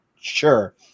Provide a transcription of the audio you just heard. sure